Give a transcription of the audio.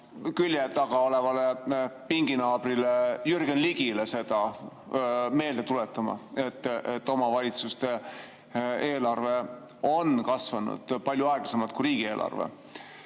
külje taga olevale pinginaabrile Jürgen Ligile seda meelde tuletama, et omavalitsuste eelarve on kasvanud palju aeglasemalt kui riigieelarve.